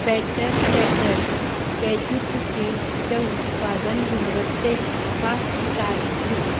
butter चैटर केजू कुकीजच्या उत्पादन गुणवत्तेक पांच स्टार्स दी